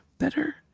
better